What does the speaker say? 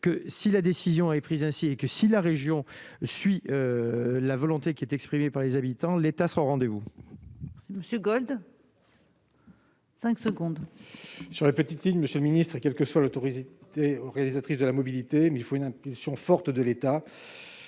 que si la décision est prise ainsi et que si la région suit la volonté qui est exprimé par les habitants, l'État sera au rendez-vous. Monsieur Gold 5 secondes. Sur la petite île, Monsieur le Ministre, quelle que soit l'autorité organisatrice de la mobilité, mais il faut une impulsion forte de l'État,